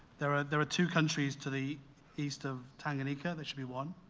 there are there are two countries to the east of tanganyika, there should be one.